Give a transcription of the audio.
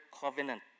covenant